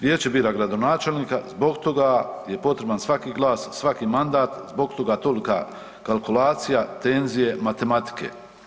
Vijeće bira gradonačelnika, zbog toga je potreban svaki glas, svaki mandat, zbog tolka kalkulacija, tenzije, matematike.